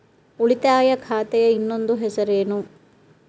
ಉಳಿತಾಯ ಖಾತೆಯ ಇನ್ನೊಂದು ಹೆಸರೇನು?